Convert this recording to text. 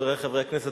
חברי חברי הכנסת,